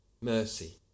mercy